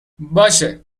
باشه